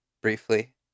briefly